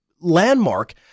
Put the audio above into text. landmark